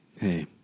Hey